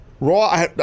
Raw